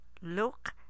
look